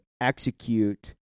execute